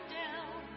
down